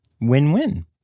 win-win